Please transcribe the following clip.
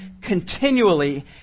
continually